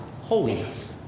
holiness